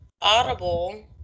Audible